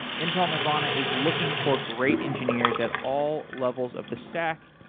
intel nervana is looking for great engineers at all levels of the stack,